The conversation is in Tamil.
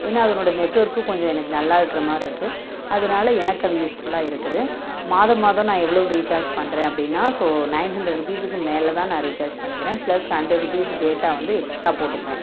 ஏன்னா அதனோட நெட்ஒர்க்கு கொஞ்சம் எனக்கு நல்லா இருக்கற மாரிருக்கு அதனால எனக்கு அது யூஸ்ஃபுல்லாக இருக்குது மாதம் மாதம் நான் எவ்வளோவு ரீசார்ஜ் பண்ணுறேன் அப்படின்னா ஸோ நைன் ஹண்ட்ரெட் ருபீஸுக்கு மேலே தான் நான் ரீசார்ஜ் பண்ணிக்கிறேன் பிளஸ் ஹண்ட்ரெட் ருபீஸ் டேட்டா வந்து எக்ஸ்ட்ரா போட்டுக்குவேன்